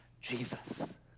Jesus